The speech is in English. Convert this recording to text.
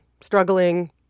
struggling